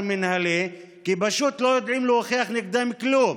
מינהלי כי פשוט לא יודעים להוכיח נגדם כלום,